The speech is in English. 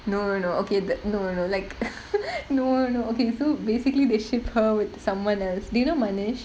no no no okay that no no like no no okay so basically they ship with someone else do you know manish